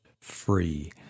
free